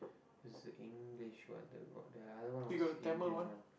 is the English word about the other one was Indian one